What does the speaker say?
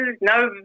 no